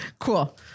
cool